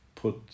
Put